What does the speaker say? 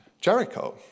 Jericho